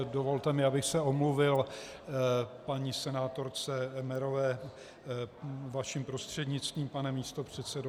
A dovolte mi, abych se omluvil paní senátorce Emmerové, vašim prostřednictvím, pane místopředsedo.